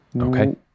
okay